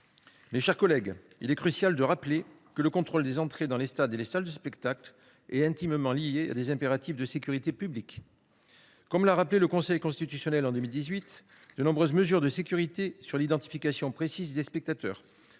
Mes chers collègues, il est crucial de rappeler que le contrôle des entrées dans les stades et les salles de spectacle est intimement lié à des impératifs de sécurité publique. Comme l’a rappelé le Conseil constitutionnel en 2018, de nombreuses mesures de sécurité reposent sur l’identification précise des spectateurs